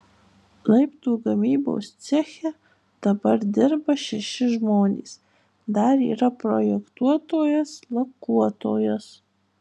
laiptų gamybos ceche dabar dirba šeši žmonės dar yra projektuotojas lakuotojas